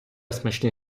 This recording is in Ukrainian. смачний